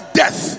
death